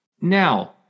now